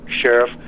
sheriff